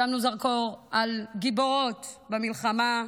שמנו זרקור על גיבורות במלחמה,